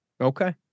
Okay